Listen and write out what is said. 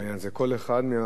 כל אחד מהמבט שלו.